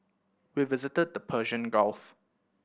we visited the Persian Gulf